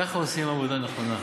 ככה עושים עבודה נכונה.